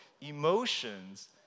emotions